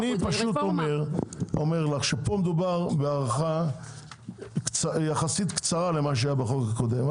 אני פשוט אומר לך שפה מדובר בהארכה יחסית קצרה למה שהיה בחוק הקודם.